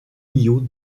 milhaud